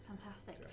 Fantastic